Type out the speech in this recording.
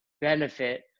benefit